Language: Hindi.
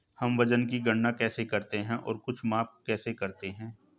हम वजन की गणना कैसे करते हैं और कुछ माप कैसे करते हैं?